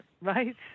right